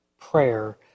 prayer